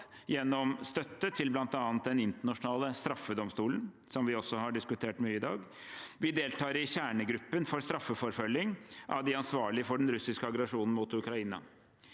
gjennom støtte til bl.a. Den internasjonale straffedomstolen, som vi også har diskutert mye i dag. Vi deltar i kjernegruppen for straffeforfølging av de ansvarlige for den russiske aggresjonen mot Ukraina,